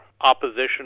opposition